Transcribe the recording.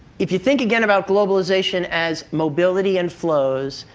if you think again about globalization as mobility and flows,